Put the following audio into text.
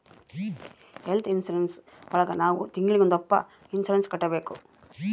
health insurance ಒಳಗ ನಾವ್ ತಿಂಗ್ಳಿಗೊಂದಪ್ಪ ಇನ್ಸೂರೆನ್ಸ್ ಕಟ್ಟ್ಬೇಕು